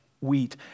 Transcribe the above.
wheat